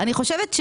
אני חושבת,